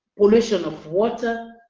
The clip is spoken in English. pollution of water,